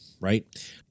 right